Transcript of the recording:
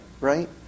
right